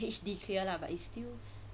H_D clear lah but it's still